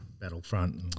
battlefront